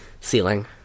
ceiling